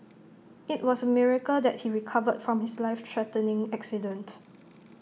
IT was A miracle that he recovered from his life threatening accident